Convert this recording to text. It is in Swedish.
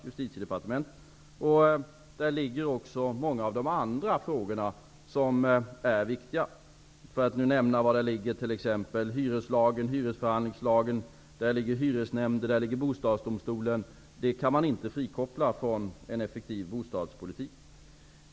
Justitiedepartementet har också ansvar för många av de andra viktiga frågorna, t.ex. hyreslagen, hyresförhandlingslagen, hyresnämnder, Bostadsdomstolen. Detta kan man inte frikoppla från en effektiv bostadspolitik.